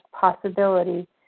possibility